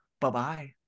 Bye-bye